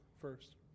first